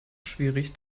schwierig